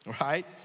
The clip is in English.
Right